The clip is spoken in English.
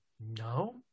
No